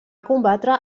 combatre